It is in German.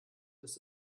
ist